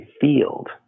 field